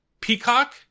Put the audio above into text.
peacock